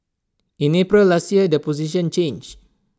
in April last year the position changed